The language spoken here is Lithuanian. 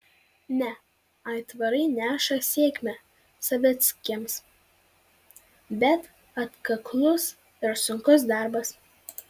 ne aitvarai neša sėkmę savickiams bet atkaklus ir sunkus darbas